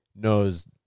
knows